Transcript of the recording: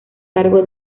cargo